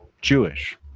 Jewish